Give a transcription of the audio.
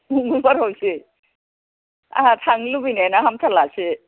मंगलबारआवसो आंहा थांनो लुबैनायानो हामथारलासो